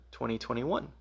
2021